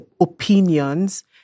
opinions